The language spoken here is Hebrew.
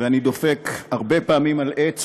ואני דופק הרבה פעמים על עץ,